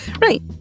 right